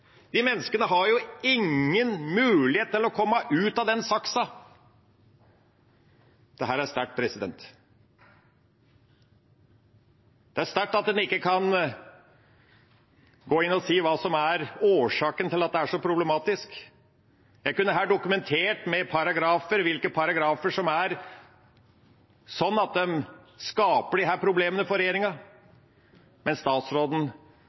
de menneskene har jo ingen mulighet til å komme ut av den saksa. Dette er sterkt. Det er sterkt at en ikke kan gå inn og si hva som er årsaken til at det er så problematisk. Jeg kunne dokumentert dette ved å vise hvilke paragrafer som er slik at de skaper disse problemene for regjeringa, men statsråden